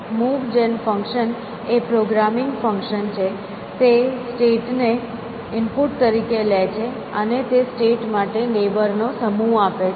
move gen function એ programming function છે તે સ્ટેટ ને ઇનપુટ તરીકે લે છે અને તે સ્ટેટ માટે નેબર નો સમૂહ આપે છે